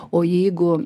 o jeigu